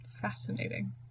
fascinating